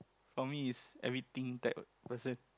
for me it's everything type of person